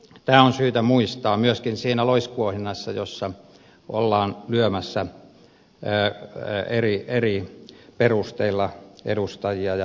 tämä on syytä muistaa myöskin siinä loiskuohunnassa jossa ollaan lyömässä eri perusteilla edustajia ja ministereitä